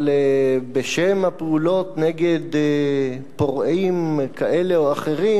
אבל בשם הפעולות נגד פורעים כאלה או אחרים